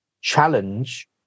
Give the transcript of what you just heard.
challenge